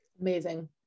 Amazing